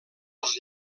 els